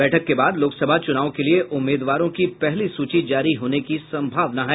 बैठक के बाद लोकसभा चुनाव के लिए उम्मीदवारों की पहली सूची जारी होने की सम्भावना है